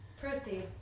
Proceed